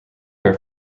air